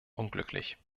unglücklich